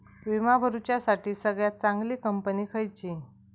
विमा भरुच्यासाठी सगळयात चागंली कंपनी खयची?